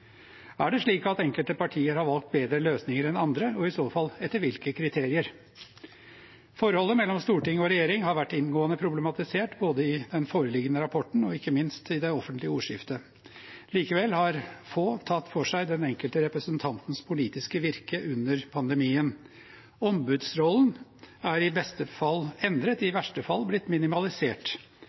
Er det slik at enkelte partier har valgt bedre løsninger enn andre, og i så fall: etter hvilke kriterier? Forholdet mellom storting og regjering har vært inngående problematisert både i den foreliggende rapporten og, ikke minst, i det offentlige ordskiftet. Likevel har få tatt for seg den enkelte representantens politiske virke under pandemien. Ombudsrollen er i beste fall endret, i verste fall er den blitt minimalisert.